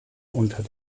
unter